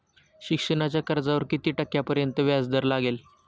शिक्षणाच्या कर्जावर किती टक्क्यांपर्यंत व्याजदर लागेल?